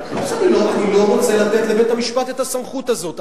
אני לא רוצה לתת לבית-המשפט את הסמכות הזאת.